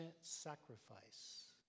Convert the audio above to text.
sacrifice